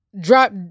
drop